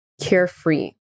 carefree